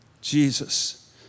Jesus